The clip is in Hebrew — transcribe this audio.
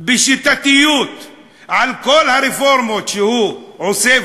בשיטתיות על כל הרפורמות שהוא עושה,